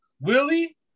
Willie